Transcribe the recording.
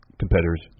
competitors